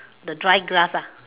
the dry grass ah